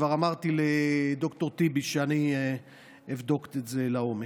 כבר אמרתי לד"ר טיבי שאני אבדוק את זה לעומק.